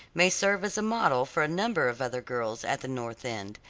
may serve as a model for a number of other girls at the north end,